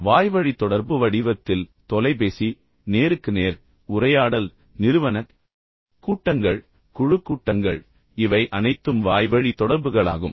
வாய்வழி தொடர்பு வடிவத்தில் தொலைபேசி நேருக்கு நேர் உரையாடல் நிறுவனக் கூட்டங்கள் மற்றும் குழுக் கூட்டங்கள் இவை அனைத்தும் வாய்வழி தொடர்புகளாகும்